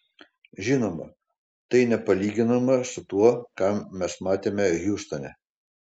žinoma tai nepalyginama su tuo ką mes matėme hjustone